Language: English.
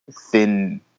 thin